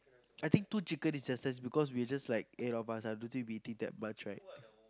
I think two chicken is just nice because we just like eight of us I don't think we eating that much right